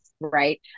right